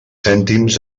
cèntims